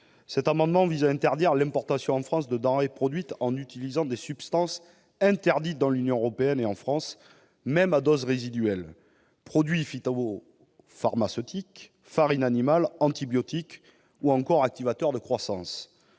différente, vise à interdire l'importation en France de denrées produites en utilisant des substances interdites dans l'Union européenne et en France, même à doses résiduelles : produits phytopharmaceutiques, farines animales, antibiotiques, activateurs de croissance